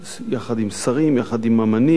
יחד עם שרים ויחד עם אמנים,